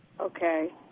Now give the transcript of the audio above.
Okay